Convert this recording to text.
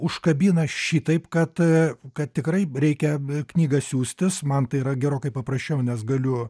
užkabina šitaip kad kad tikrai reikia knygą siųstis man tai yra gerokai paprasčiau nes galiu